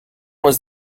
was